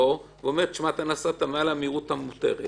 ואומר לו שהוא נסע מעל המהירות המותרת.